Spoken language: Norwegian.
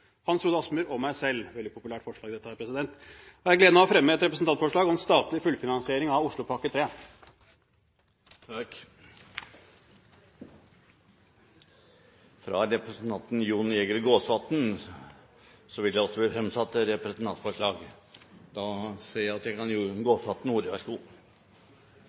Hans Frode Kielland Asmyhr og meg selv – veldig populært forslag dette her – har jeg gleden av å fremme et representantforslag om statlig fullfinansiering av Oslopakke 3. Representanten Jon Jæger Gåsvatn vil fremsette et representantforslag. På vegne av Robert Eriksson, Kari Kjønaas Kjos, Per Arne Olsen og meg selv har jeg